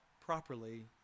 properly